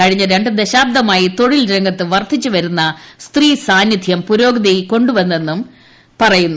കഴിഞ്ഞ ര ു ദശാബ്ദമായി തൊഴിൽ രംഗത്ത് വർദ്ധിച്ചുവരുന്നിസ്ത്രീ സാനിധ്യം പുരോഗതി കൊ ുവന്നെന്നും പറയുന്നു